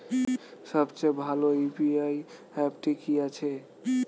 সবচেয়ে ভালো ইউ.পি.আই অ্যাপটি কি আছে?